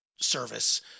service